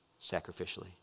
Sacrificially